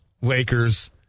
Lakers